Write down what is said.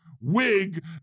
wig